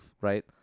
right